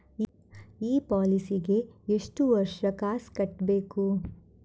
ಈ ಪಾಲಿಸಿಗೆ ಎಷ್ಟು ವರ್ಷ ಕಾಸ್ ಕಟ್ಟಬೇಕು?